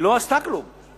היא לא עשתה כלום.